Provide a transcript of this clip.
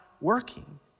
working